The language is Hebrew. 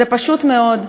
זה פשוט מאוד,